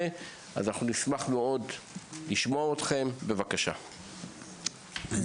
אפשרתי לחלק מהדוברים לדבר בזום כי הבנתי